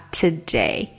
today